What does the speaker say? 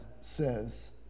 says